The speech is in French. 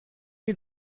est